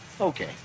Okay